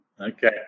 Okay